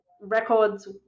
records